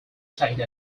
state